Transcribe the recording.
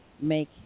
make